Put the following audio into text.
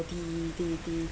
the the the